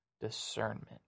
discernment